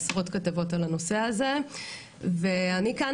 עשרות כתבות על הנושא הזה ואני כאן